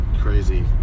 Crazy